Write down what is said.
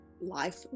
life